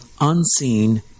unseen